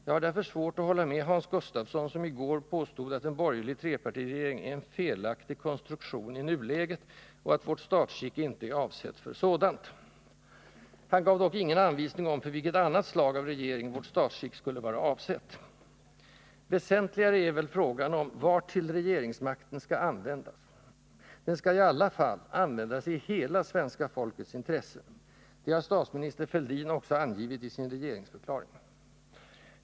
Jag har därför svårt att hålla med Hans Gustafsson som i går påstod att en borgerlig trepartiregering är en ”felaktig konstruktion” i nuläget och att vårt statsskick inte är avsett för sådant. Han gav dock ingen anvisning om för vilket annat slag av regering vårt statsskick skulle vara avsett. Väsentligare är väl frågan om vartill regeringsmakten skall användas. Den skall — i alla fall — användas i hela svenska folkets intresse. Det har statsminister Fälldin också angivit i sin regeringsförklaring.